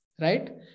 right